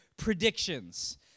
predictions